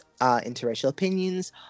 interracialopinions